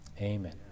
Amen